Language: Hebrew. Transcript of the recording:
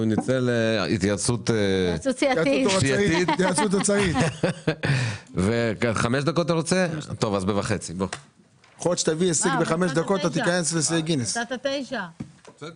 נצא להפסקה עד 15:30. (הישיבה נפסקה בשעה 15:21 ונתחדשה בשעה